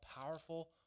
powerful